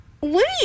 Wait